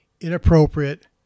inappropriate